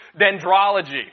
dendrology